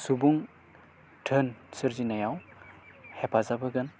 सुबुं धोन सोरजिनायाव हेफाजाब होगोन